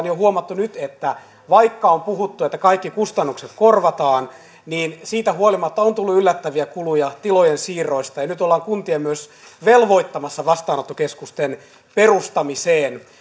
jo huomanneet nyt että vaikka on puhuttu että kaikki kustannukset korvataan niin siitä huolimatta on tullut yllättäviä kuluja tilojen siirroista ja nyt ollaan kuntia myös velvoittamassa vastaanottokeskusten perustamiseen